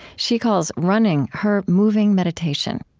she calls running her moving meditation.